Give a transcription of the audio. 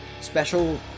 special